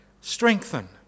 strengthen